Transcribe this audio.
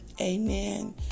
Amen